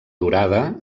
durada